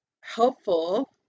helpful